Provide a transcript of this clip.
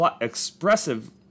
expressive